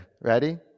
Ready